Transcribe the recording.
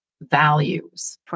values